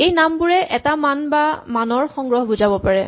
এই নামবোৰে এটা মান বা মানৰ সংগ্ৰহ বুজাব পাৰে